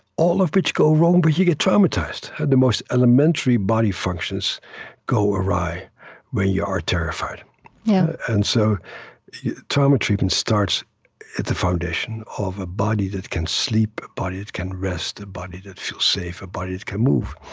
all of which go wrong when but you get traumatized. the most elementary body functions go awry when you are terrified yeah and so trauma treatment starts at the foundation of a body that can sleep, a body that can rest, a body that feels safe, a body that can move.